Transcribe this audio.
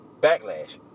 backlash